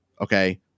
Okay